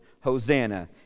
Hosanna